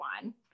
one